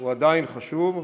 הוא עדיין חשוב,